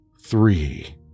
three